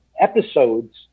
episodes